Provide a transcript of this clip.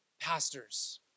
pastors